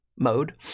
mode